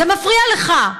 זה מפריע לך.